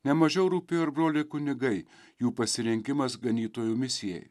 nemažiau rūpėjo ir broliai kunigai jų pasirinkimas ganytojų misijai